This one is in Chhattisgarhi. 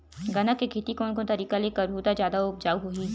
गन्ना के खेती कोन कोन तरीका ले करहु त जादा उपजाऊ होही?